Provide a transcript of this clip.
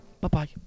Bye-bye